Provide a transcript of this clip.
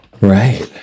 Right